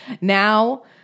now